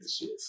Yes